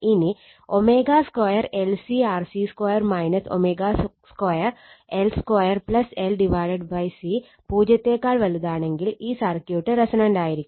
ഇനി ω2 LC RC2 ω2 L2 LC 0 ആണെങ്കിൽ ഈ സർക്യൂട്ട് റെസൊണന്റ് ആയിരിക്കും